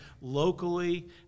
locally